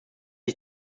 ich